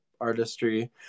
artistry